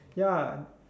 ya